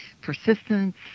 persistence